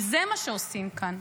כי זה מה שעושים כאן.